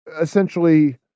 essentially